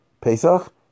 Pesach